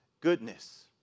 goodness